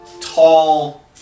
tall